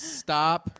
stop